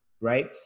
right